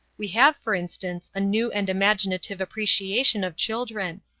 we have, for instance, a new and imaginative appreciation of children.